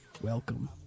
Welcome